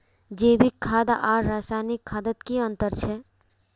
जैविक खाद आर रासायनिक खादोत की अंतर छे?